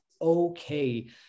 okay